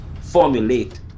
formulate